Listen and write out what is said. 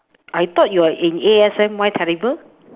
I thought you're in A_S_M_Y calibre